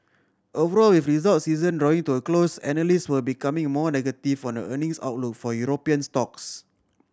overall with results season drawing to a close analysts were becoming more negative on the earnings outlook for European stocks